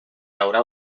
haurà